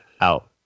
out